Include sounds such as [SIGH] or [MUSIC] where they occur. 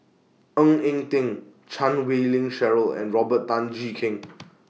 Ng Eng Teng Chan Wei Ling Cheryl and Robert Tan Jee Keng [NOISE]